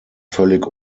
völlig